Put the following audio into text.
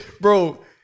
bro